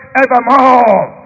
evermore